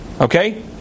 Okay